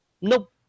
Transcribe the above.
Nope